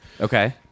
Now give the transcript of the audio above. Okay